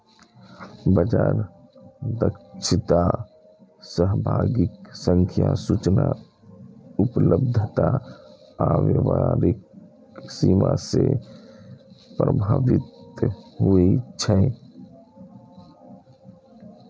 बाजार दक्षता सहभागीक संख्या, सूचना उपलब्धता आ व्यापारक सीमा सं प्रभावित होइ छै